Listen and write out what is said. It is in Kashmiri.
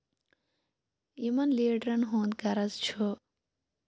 یِمَن لیٖڈرَن ہُند غرض چھُ